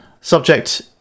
Subject